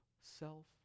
self